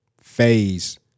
phase